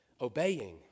obeying